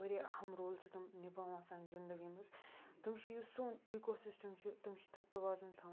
واریاہ اَہَم رول چھِ تِم نِباوان سانہِ زِندَگی مَنٛز تِم چھِ یُس سون ایٖکو سِسٹَم چھُ تِم چھِ تَتھ تَوازُن تھاوان